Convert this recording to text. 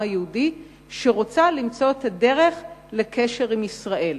היהודי שרוצה למצוא את הדרך לקשר עם ישראל.